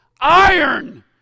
iron